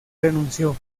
renunció